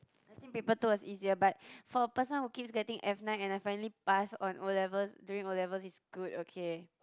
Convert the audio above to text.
I think paper two was easier but for a person who keeps getting F nine and I finally pass on O-levels during O-levels is good okay